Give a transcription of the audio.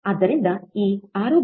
ಆದ್ದರಿಂದ ಈ 6